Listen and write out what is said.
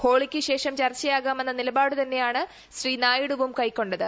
ഹോളിയ്ക്ക് ശേഷം ചർച്ചയാകാമെന്ന നിലപാടു തന്നെയാണ് ശ്രീ നായിഡുവും കൈക്കൊണ്ടത്